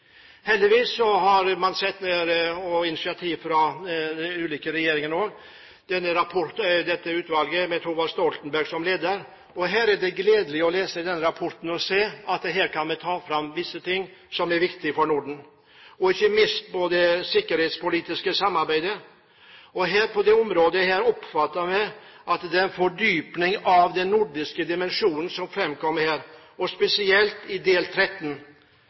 Heldigvis har man sett initiativ fra ulike regjeringer – også dette utvalget med Thorvald Stoltenberg som leder. Det er gledelig å lese denne rapporten. Her kan vi ta fram visse ting som er viktige for Norden, ikke minst det sikkerhetspolitiske samarbeidet. På dette området oppfatter vi at det er en fordypning av den nordiske dimensjonen som framkommer, spesielt i forslag 13: